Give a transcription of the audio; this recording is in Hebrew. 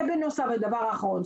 דבר אחרון,